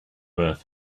earth